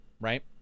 right